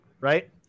right